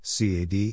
CAD